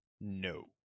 No